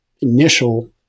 initial